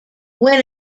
when